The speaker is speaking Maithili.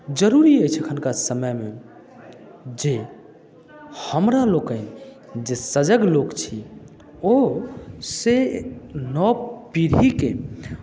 जरूरी अछि एखुनका समयमे जे हमरा लोकनि जे सजग लोक छी ओ से नव पीढ़ीकेँ